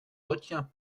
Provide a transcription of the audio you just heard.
retiens